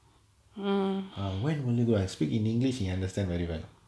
ah when will you grow I speak in english he understand very well